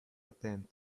attempt